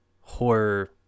horror